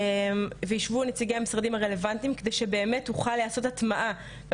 וישבו נציגי המשרדים הרלוונטיים כדי שתוכל להיעשות הטמעה,